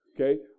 okay